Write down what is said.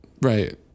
Right